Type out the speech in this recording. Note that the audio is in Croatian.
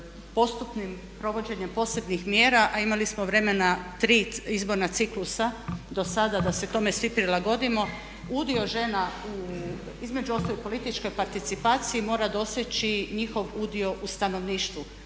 postupnim provođenjem posebnih mjera a imali smo vremena tri izborna ciklusa do sada da se tome svi prilagodimo udio žena u između ostalog u političkoj participaciji mora doseći njihov udio u stanovništvu.